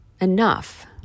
enough